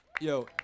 Yo